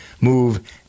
move